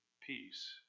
peace